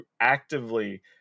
actively